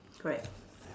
correct